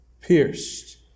pierced